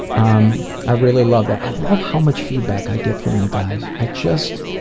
um i really love that. i love how much feedback i get from you guys, i just.